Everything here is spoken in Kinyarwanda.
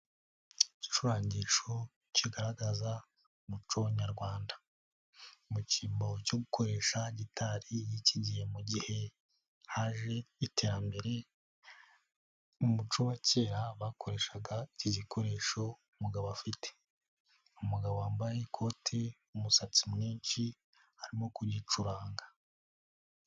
Igicurangisho kigaragaza umuco nyarwanda, mu cyimbo cyo gukoresha gitari y'iki gihe mugihe haje iterambere, mu umuco wa kera bakoreshaga iki gikoresho uwo mugabo afite, umugabo wambaye ikote, umusatsi mwinshi, arimo kugicuranga.